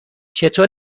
چطور